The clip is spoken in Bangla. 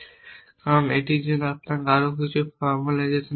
কারণ এটির জন্য আরও কিছুটা ফর্মুলাইজেশন প্রয়োজন